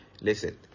Listen